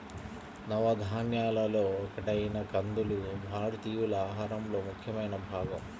నవధాన్యాలలో ఒకటైన కందులు భారతీయుల ఆహారంలో ముఖ్యమైన భాగం